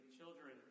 children